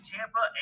Tampa